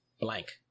Blank